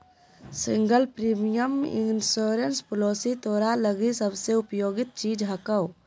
single premium insurance policy तोरा लगी सबसे उपयुक्त चीज हको